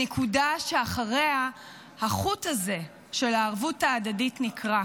הנקודה שאחריה החוט הזה של הערבות ההדדית נקרע.